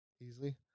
easily